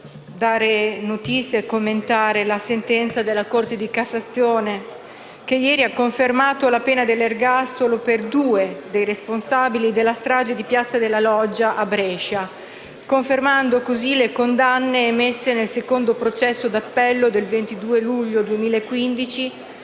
dare notizia e commentare la sentenza della Corte di cassazione che ieri ha confermato la pena dell'ergastolo per due dei responsabili della strage di piazza della Loggia a Brescia, confermando così le condanne emesse nel secondo processo d'appello del 22 luglio 2015